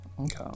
Okay